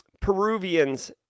Peruvians